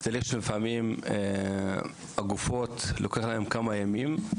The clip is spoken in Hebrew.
זה תהליך שלפעמים, הגופות, לוקח להן כמה ימים.